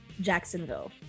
Jacksonville